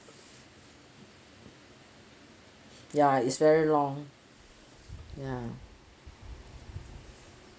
ya is very long ya